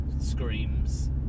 screams